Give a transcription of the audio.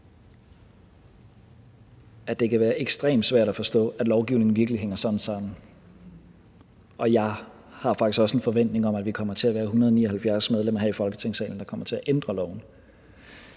det kan være ekstremt svært at forstå, at lovgivningen virkelig hænger sådan sammen, og jeg har faktisk også en forventning om, at vi kommer til at være 179 medlemmer her i Folketingssalen, der kommer til at ændre loven.